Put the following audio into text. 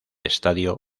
estadio